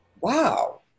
wow